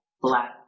Black